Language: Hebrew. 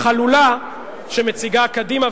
החלולה שמציגה קדימה,